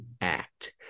act